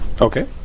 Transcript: Okay